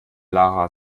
lara